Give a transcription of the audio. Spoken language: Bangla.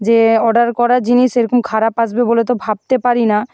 যে অর্ডার করা জিনিস এরকম খারাপ আসবে বলে তো ভাবতে পারি না